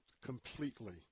completely